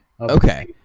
Okay